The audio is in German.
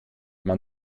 man